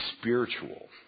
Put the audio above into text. spiritual